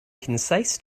concise